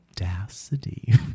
audacity